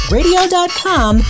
Radio.com